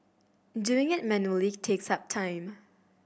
doing it manually takes up time